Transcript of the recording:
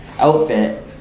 outfit